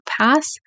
pass